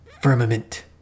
firmament